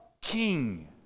king